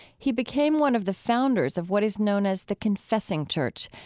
he became one of the founders of what is known as the confessing church,